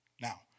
Now